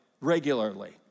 regularly